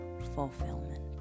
fulfillment